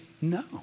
no